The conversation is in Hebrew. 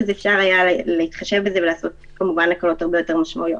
אפשר היה להתחשב בזה ולעשות הקלות הרבה יותר משמעותיות,